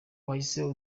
yahise